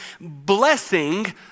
blessing